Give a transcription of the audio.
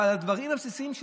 אבל על הדברים הבסיסים,